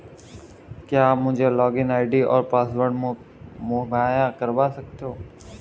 क्या आप मुझे लॉगिन आई.डी और पासवर्ड मुहैय्या करवा सकते हैं?